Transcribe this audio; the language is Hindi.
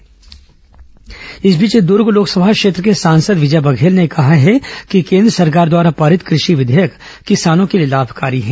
विजय बघेल इस बीच दुर्ग लोकसभा क्षेत्र के सांसद विजय बघेल ने कहा है कि केंद्र सरकार द्वारा पारित कृषि विघेयक किसानों के लाभकारी है